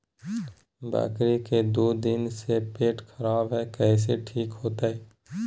बकरी के दू दिन से पेट खराब है, कैसे ठीक होतैय?